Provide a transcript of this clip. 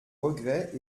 regrets